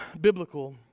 biblical